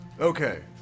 Okay